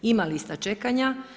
Ima lista čekanja.